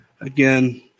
again